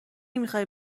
میخای